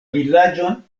vilaĝon